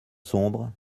sombre